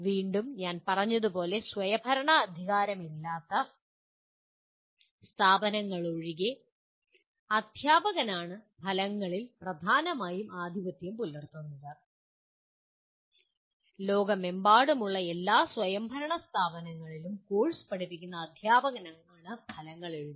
വീണ്ടും ഞാൻ പറഞ്ഞതുപോലെ സ്വയംഭരണാധികാരമില്ലാത്ത സ്ഥാപനങ്ങളിലൊഴികെ അദ്ധ്യാപകനാണ് ഫലങ്ങളിൽ പ്രധാനമായും ആധിപത്യം പുലർത്തുന്നത് ലോകമെമ്പാടുമുള്ള എല്ലാ സ്വയംഭരണ സ്ഥാപനങ്ങളിലും കോഴ്സ് പഠിപ്പിക്കുന്ന അദ്ധ്യാപകനാണ് ഫലങ്ങൾ എഴുതുന്നത്